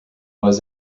was